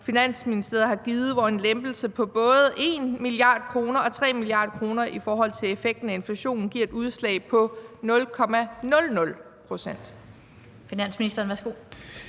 Finansministeriet har givet, hvor en lempelse på både 1 mia. kr. og 3 mia. kr. i forhold til effekten af inflationen giver et udslag på 0,00 procentpoint?